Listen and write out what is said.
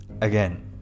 Again